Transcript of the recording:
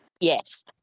Yes